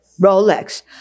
Rolex